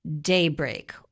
Daybreak